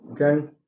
okay